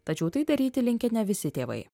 tačiau tai daryti linkę ne visi tėvai